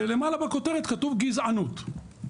ולמעלה בכותרת כתוב גזענות.